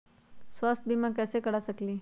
स्वाथ्य बीमा कैसे करा सकीले है?